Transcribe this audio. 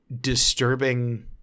disturbing